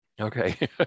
Okay